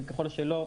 וככל שלא,